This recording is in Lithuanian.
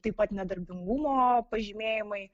taip pat nedarbingumo pažymėjimai